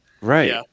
Right